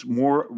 more